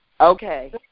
Okay